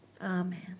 amen